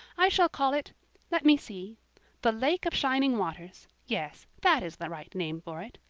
i shall call it let me see the lake of shining waters. yes, that is the right name for it.